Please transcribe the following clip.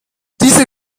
diese